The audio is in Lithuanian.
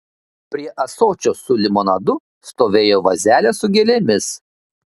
prie ąsočio su limonadu stovėjo vazelė su gėlėmis